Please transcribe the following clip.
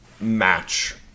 match